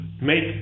make